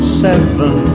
seven